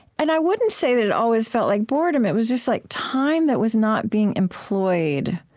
and i wouldn't say that it always felt like boredom it was just like time that was not being employed